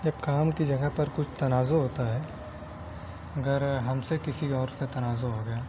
جب کام کی جگہ پر کچھ تنازع ہوتا ہے اگر ہم سے کسی اور سے تنازع ہو گیا